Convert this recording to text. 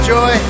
Joy